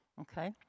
Okay